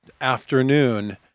afternoon